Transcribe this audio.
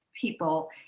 people